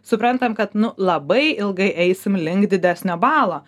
suprantam kad nu labai ilgai eisim link didesnio balo